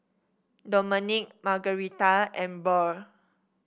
Domenic Margaretha and Burr